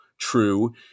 true